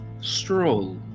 stroll